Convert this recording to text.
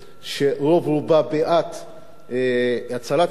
שרוב רובה בעד הצלת ים-המלח,